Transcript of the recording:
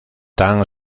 tan